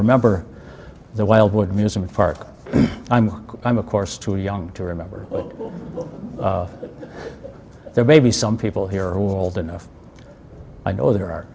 remember the wildwood amusement park i'm i'm of course too young to remember but there may be some people here will hold enough i know there are